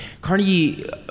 Carnegie